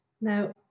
Now